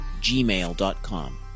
gmail.com